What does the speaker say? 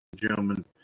gentlemen